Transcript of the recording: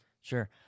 Sure